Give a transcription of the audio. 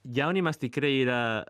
jaunimas tikrai yra